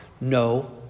No